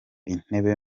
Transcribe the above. intebe